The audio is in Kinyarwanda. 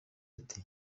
ati